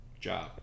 job